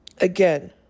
again